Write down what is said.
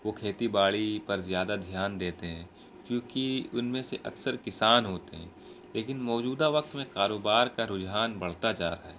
وہ کھیتی باڑی پر زیادہ دھیان دیتے ہیں کیوںکہ ان میں سے اکثر کسان ہوتے ہیں لیکن موجودہ وقت میں کاروبار کا رجحان بڑھتا جا رہا ہے